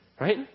right